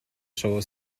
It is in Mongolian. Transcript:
шувуу